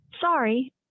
Sorry